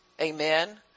Amen